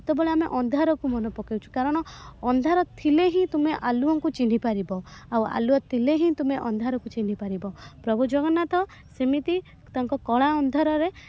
ସେତେବେଳେ ଆମେ ଅନ୍ଧାରକୁ ମନେ ପକାଉଛୁ କାରଣ ଅନ୍ଧାର ଥିଲେ ହିଁ ତୁମେ ଆଲୁଅଙ୍କୁ ଚିହ୍ନି ପାରିବ ଆଉ ଆଲୁଅ ଥିଲେ ହିଁ ତୁମେ ଅନ୍ଧାରକୁ ଚିହ୍ନି ପାରିବ ପ୍ରଭୁ ଜଗନ୍ନାଥ ସେମିତି ତାଙ୍କ କଳା ଅନ୍ଧାରରେ